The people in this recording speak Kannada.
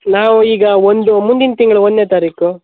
ನಾವು ಈಗ ಒಂದು ಮುಂದಿನ ತಿಂಗಳು ಒಂದನೇ ತಾರೀಕು